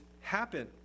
happen